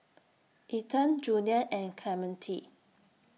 Ethan Junior and Clemente